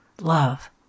Love